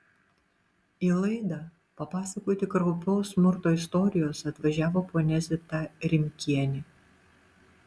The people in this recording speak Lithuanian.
į laidą papasakoti kraupios smurto istorijos atvažiavo ponia zita rimkienė